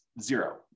zero